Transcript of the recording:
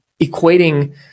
equating